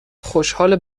خوشحال